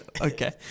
Okay